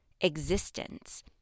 existence